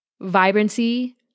Vibrancy